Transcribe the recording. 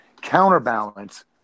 counterbalance